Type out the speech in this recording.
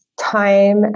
time